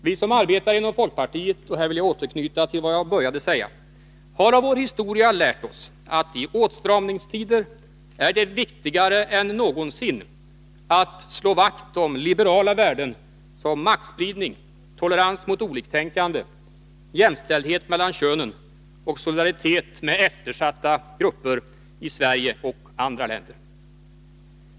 Vi som arbetar inom folkpartiet — här vill jag återknyta till vad jag började med att säga — har av vår historia lärt oss att det i åtstramningstider är viktigare än någonsin att slå vakt om liberala värden som maktspridning, tolerans mot oliktänkande, jämställdhet mellan könen och solidaritet med eftersatta grupper i Sverige och i andra länder.